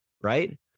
right